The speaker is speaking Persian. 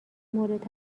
مورد